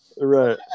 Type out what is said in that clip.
right